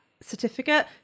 certificate